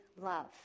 love